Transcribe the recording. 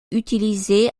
utilisées